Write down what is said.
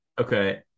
Okay